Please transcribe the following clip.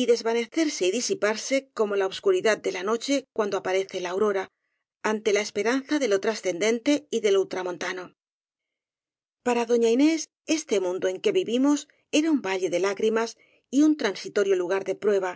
y disiparse como la obscuridad de la noche cuando aparece la aurora ante la esperanza de lo transcendente y de lo ultramontano para doña inés este mundo en que vivimos era un valle de lágrimas y un transitorio lugar de prueba